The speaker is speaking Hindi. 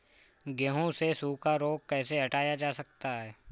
गेहूँ से सूखा रोग कैसे हटाया जा सकता है?